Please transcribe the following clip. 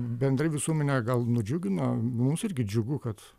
bendrai visuomenę gal nudžiugino mums irgi džiugu kad